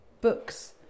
books